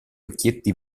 occhietti